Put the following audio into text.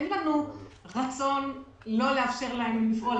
אין לנו רצון לא לאשר להם לפעול.